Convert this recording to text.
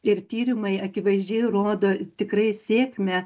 ir tyrimai akivaizdžiai rodo tikrai sėkmę